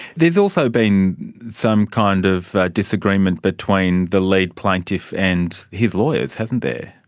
there has also been some kind of disagreement between the lead plaintiff and his lawyers, hasn't there.